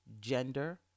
gender